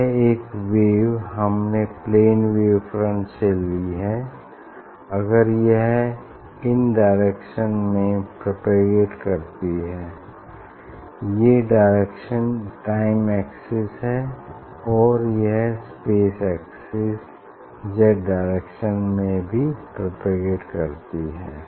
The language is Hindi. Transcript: यह एक वेव हमने प्लेन वेव फ्रंट से ली है अगर यह इन डायरेक्शन में प्रोपोगेट करती है ये डायरेक्शन टाइम एक्सिस है और यह स्पेस एक्सिस जैड डायरेक्शन में भी प्रोपोगटे करती है